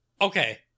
Okay